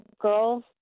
girls